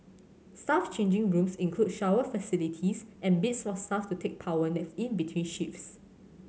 staff changing rooms include shower facilities and beds for staff to take power naps in between shifts